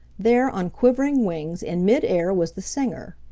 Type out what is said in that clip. there on quivering wings in mid-air was the singer.